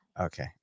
Okay